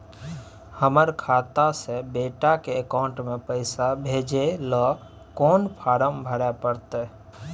हमर खाता से बेटा के अकाउंट में पैसा भेजै ल कोन फारम भरै परतै?